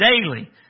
daily